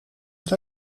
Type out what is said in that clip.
het